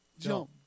jump